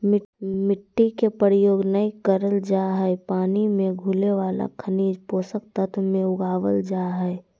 मिट्टी के प्रयोग नै करल जा हई पानी मे घुले वाला खनिज पोषक तत्व मे उगावल जा हई